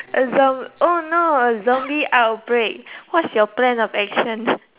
a zomb oh no a zombie out break what's your plan of action